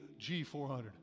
G400